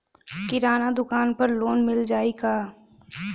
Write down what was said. किराना दुकान पर लोन मिल जाई का?